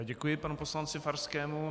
Děkuji panu poslanci Farskému.